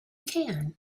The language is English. can